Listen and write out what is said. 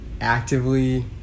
actively